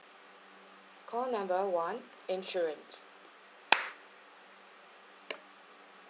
call number one insurance